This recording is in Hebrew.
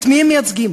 את מי הם מייצגים,